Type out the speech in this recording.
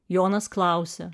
jonas klausia